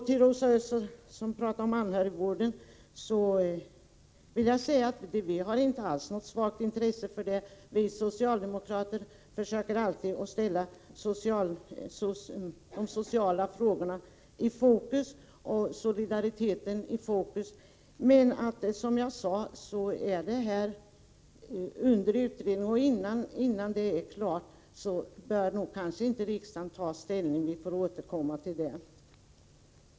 Till Rosa Östh, som talade om anhörigvården, vill jag säga att vi inte alls har något svagt intresse för denna. Vi socialdemokrater försöker alltid ställa de sociala frågorna och solidariteten i fokus. Men som jag sade är detta under utredning, och innan den utredningen är klar bör nog inte riksdagen ta ställning. Vi får återkomma till frågan.